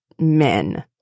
men